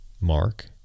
Mark